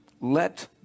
Let